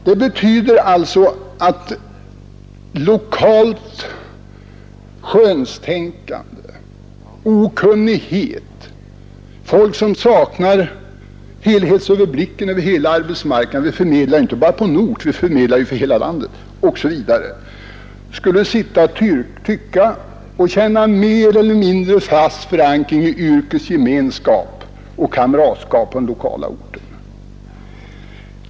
Det betyder att lokalt skönstänkande och okunnighet sätts in. Folk som saknar helhetsöverblick över hela arbetsmarknaden — vi förmedlar ju inte bara på en ort utan över hela landet — skall sitta och tycka och känna mer eller mindre fast förankring i yrkesgemenskap och kamratskap på sin egen ort.